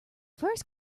first